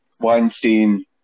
Weinstein